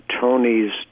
Tony's